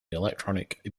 electronic